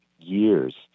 years